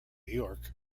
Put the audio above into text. york